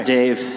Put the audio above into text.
Dave